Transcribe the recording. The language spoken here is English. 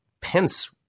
Pence